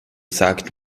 sagt